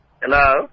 Hello